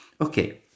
Okay